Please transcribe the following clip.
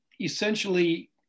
essentially